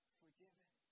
forgiven